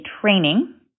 training